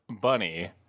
bunny